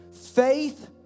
Faith